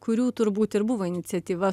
kurių turbūt ir buvo iniciatyva